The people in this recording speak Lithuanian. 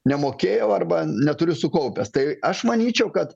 nemokėjau arba neturiu sukaupęs tai aš manyčiau kad